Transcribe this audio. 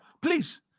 please